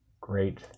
great